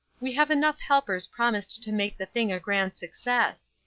we have enough helpers promised to make the thing a grand success.